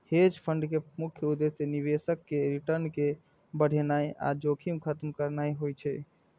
hedge fund के मुख्य उद्देश्य निवेशक केर रिटर्न कें बढ़ेनाइ आ जोखिम खत्म करनाइ होइ छै